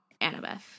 Annabeth